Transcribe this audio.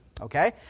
okay